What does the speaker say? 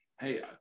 Hey